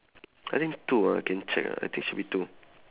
I think two ah let me check ah I think should be two